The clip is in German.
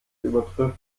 übertrifft